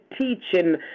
teaching